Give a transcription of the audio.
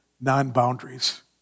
non-boundaries